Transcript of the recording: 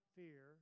fear